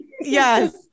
Yes